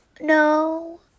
No